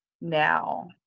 Now